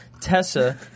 Tessa